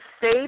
safe